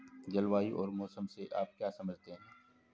जलवायु और मौसम से आप क्या समझते हैं?